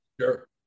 Sure